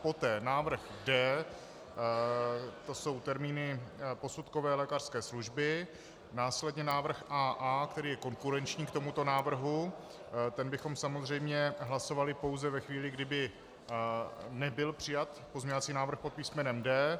Poté návrh D, to jsou termíny posudkové lékařské služby, následně návrh AA, který je konkurenční k tomuto návrhu, ten bychom samozřejmě hlasovali pouze ve chvíli, kdy by nebyl přijat pozměňovací návrh pod písmenem D.